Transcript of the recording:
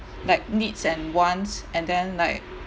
like needs and wants and then like